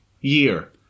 year